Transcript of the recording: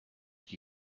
qui